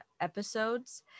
episodes